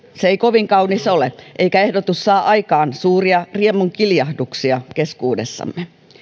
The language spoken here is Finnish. kovin kaunis ole eikä ehdotus saa aikaan suuria riemunkiljahduksia keskuudessamme